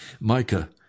Micah